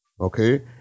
Okay